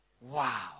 wow